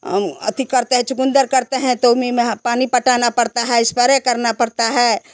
अती करते है चुकंदर करते है तो पानी पठाना पड़त है स्प्रे करना पड़ता है